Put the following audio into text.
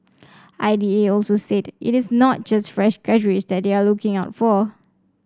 I D A also said it is not just fresh graduates that they are looking out for